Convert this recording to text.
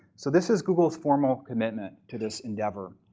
so this is google's formal commitment to this endeavor.